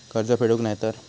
कर्ज फेडूक नाय तर?